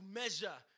measure